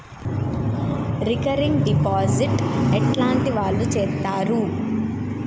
Recurring deposit ఎట్లాంటి వాళ్లు చేత్తరు?